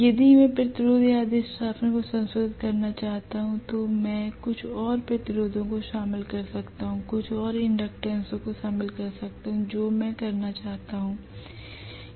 यदि मैं प्रतिरोध या अधिष्ठापन को संशोधित करना चाहता हूं तो मैं कुछ और प्रतिरोधों को शामिल कर सकता हूं कुछ और इंडक्टेंस को शामिल कर सकता हूं जो मैं करना चाहता हूं